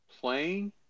playing